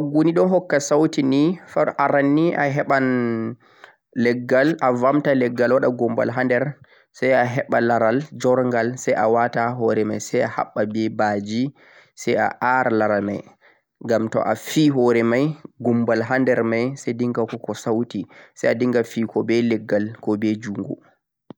bangunde hokka sauti nei far'aranei aheban legghal abomta legghal wada ghumban haader sa heban laral joorghal sai waata hoore mei sai ahabba be baajee sai aara lara mei gham toh afii hoore mei ghubbal hander mei sai dingha woodi sauti sai dinghal fii legghal ko be jungo